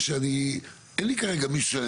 אין לי כרגע משיהו,